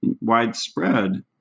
widespread